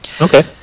Okay